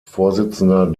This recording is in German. vorsitzender